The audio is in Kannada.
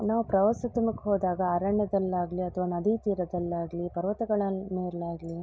ನಾವು ಪ್ರವಾಸತಮಕ್ಕೆ ಹೋದಾಗ ಅರಣ್ಯದಲ್ಲಾಗಲಿ ಅಥವಾ ನದೀತೀರದಲ್ಲಾಗಲಿ ಪರ್ವತಗಳ ಮೇಲಾಗಲಿ